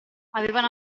avevano